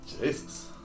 Jesus